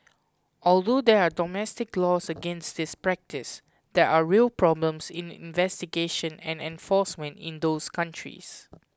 although there are domestic laws against this practice there are real problems in investigation and enforcement in those countries